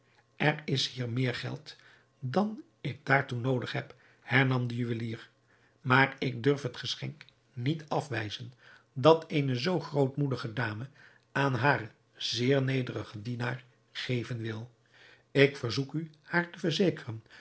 er is hier meer geld dan ik daartoe noodig heb hernam de juwelier maar ik durf het geschenk niet afwijzen dat eene zoo grootmoedige dame aan haren zeer nederigen dienaar geven wil ik verzoek u haar te verzekeren